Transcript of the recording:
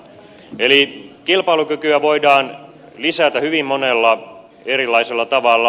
eli kilpailukykyä voidaan lisätä hyvin monella erilaisella tavalla